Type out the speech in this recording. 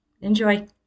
enjoy